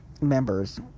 Members